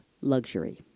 luxury